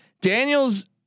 Daniels